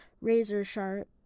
razor-sharp